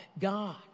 God